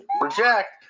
reject